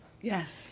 Yes